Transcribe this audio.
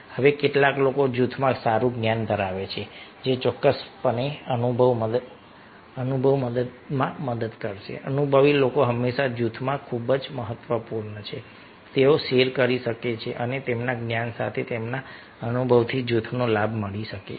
હવે કેટલાક લોકો જૂથમાં સારું જ્ઞાન ધરાવે છે જે ચોક્કસપણે અનુભવ મદદમાં મદદ કરશે અનુભવી લોકો હંમેશા જૂથમાં ખૂબ જ મહત્વપૂર્ણ છે તેઓ શેર કરી શકે છે અને તેમના જ્ઞાન સાથે તેમના અનુભવથી જૂથને લાભ મળી શકે છે